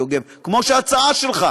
תודה,